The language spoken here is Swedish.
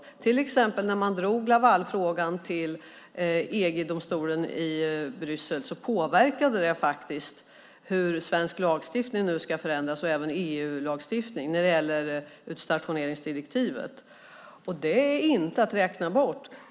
När man till exempel drog Lavalfrågan till EG-domstolen i Bryssel påverkade det och ledde till att svensk lagstiftning nu ska förändras och även EU-lagstiftning när det gäller utstationeringsdirektivet. Det är inte att räkna bort.